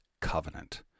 covenant